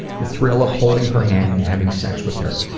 the trill of holding her hand and having sex with her.